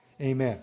amen